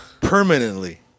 Permanently